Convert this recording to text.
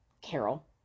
Carol